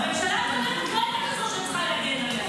הממשלה הקודמת לא הייתה כזאת שאת צריכה להגן עליה.